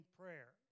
prayer